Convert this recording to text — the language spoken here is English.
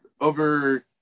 over